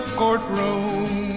courtroom